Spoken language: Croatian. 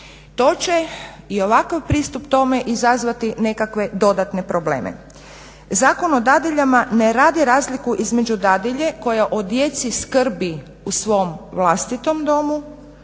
To će i ovakav pristup tome izazvati nekakve dodatne probleme. Zakon o dadiljama ne radi razliku između dadilje koja o djeci skrbi u svom vlastitom domu